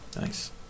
Nice